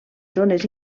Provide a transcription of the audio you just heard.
zones